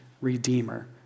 redeemer